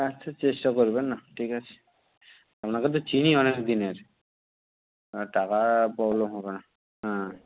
আচ্ছা চেষ্টা করবেন না ঠিক আছে আপনাকে তো চিনি অনেকদিনের আর টাকার প্রবলেম হবে না হ্যাঁ